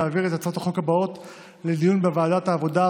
להעביר את הצעות החוק האלה לדיון בוועדת העבודה,